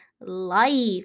life